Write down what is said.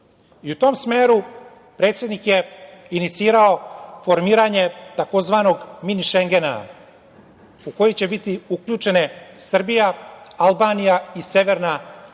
i u tom smeru predsednik je inicirao formiranje tzv. Mini Šengena u koji će biti uključene Srbija, Albanija i Severna Makedonija,